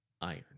iron